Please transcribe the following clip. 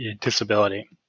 disability